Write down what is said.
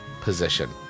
position